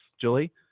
Julie